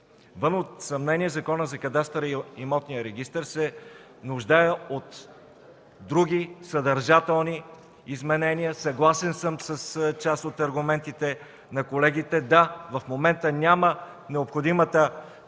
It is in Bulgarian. Вън от съмнение Законът за кадастъра и имотния регистър се нуждае от други съдържателни изменения. Съгласен съм с част от аргументите на колегите. Да, в момента няма необходимата